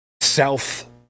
south